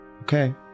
Okay